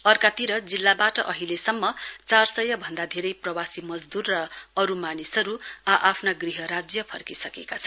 अर्कातिर जिल्लाबाट अहिलेसम्म चार सय भन्दा धेरै प्रवासी मजदूर र अरू मानिसहरू आ आफ्ना गृह राज्य फर्किसकेका छन्